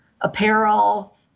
apparel